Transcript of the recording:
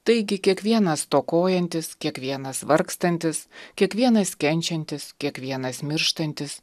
taigi kiekvienas stokojantis kiekvienas vargstantis kiekvienas kenčiantis kiekvienas mirštantis